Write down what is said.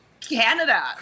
Canada